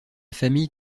famille